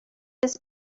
his